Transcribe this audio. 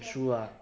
true ah